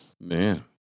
Man